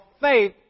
faith